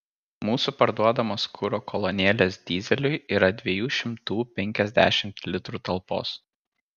mūsų parduodamos kuro kolonėlės dyzeliui yra dviejų šimtų penkiasdešimt litrų talpos